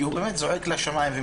הוא באמת זועק לשמיים.